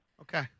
Okay